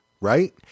Right